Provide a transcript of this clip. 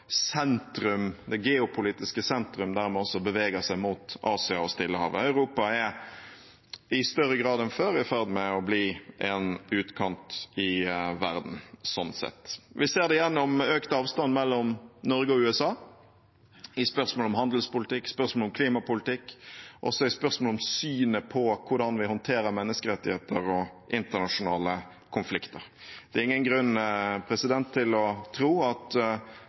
Stillehavet. Europa er sånn sett i større grad enn før i ferd med å bli en utkant i verden. Vi ser det gjennom økt avstand mellom Norge og USA i spørsmål om handelspolitikk, i spørsmål om klimapolitikk og i spørsmål om synet på hvordan vi håndterer menneskerettigheter og internasjonale konflikter. Det er ingen grunn til å tro at